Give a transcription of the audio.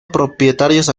propietarios